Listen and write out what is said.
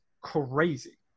crazy